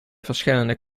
verschillende